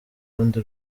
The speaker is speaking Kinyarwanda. rundi